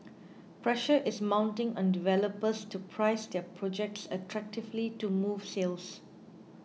pressure is mounting on developers to price their projects attractively to move sales